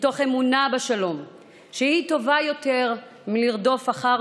מתוך אמונה בשלום שהיא טובה יותר מלרדוף אחר